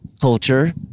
culture